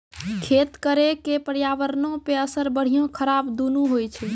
खेती करे के पर्यावरणो पे असर बढ़िया खराब दुनू होय छै